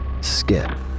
Skip